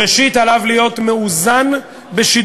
ראשית, עליו להיות מאוזן בשידוריו.